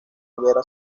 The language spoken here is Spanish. hoguera